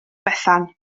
bethan